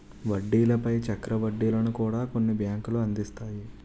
వడ్డీల పై చక్ర వడ్డీలను కూడా కొన్ని బ్యాంకులు అందిస్తాయి